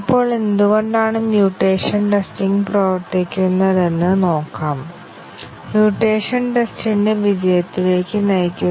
ഇപ്പോൾ അടുത്ത ചോദ്യം ഫോൾട്ട് അടിസ്ഥാനമാക്കിയുള്ള പരിശോധനയിലൂടെ നിങ്ങൾ എന്താണ് മനസ്സിലാക്കുന്നത്